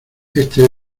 este